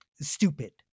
stupid